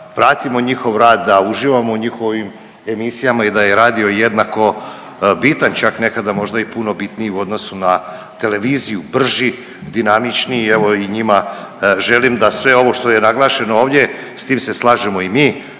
da pratimo njihov rad, da uživamo u njihovim emisijama i da je radio jednako bitan čak nekada možda i puno bitniji u odnosu na televiziju, brži, dinamičniji. Evo i njima želim da sve ovo što je naglašeno ovdje s tim se slažemo i mi.